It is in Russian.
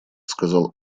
сказал